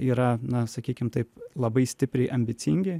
yra na sakykim taip labai stipriai ambicingi